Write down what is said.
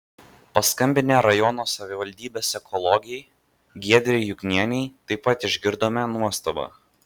paskambinę rajono savivaldybės ekologei giedrei juknienei taip pat išgirdome nuostabą